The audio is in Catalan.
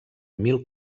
mil